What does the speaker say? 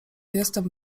jestem